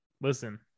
Listen